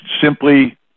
simply